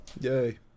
Yay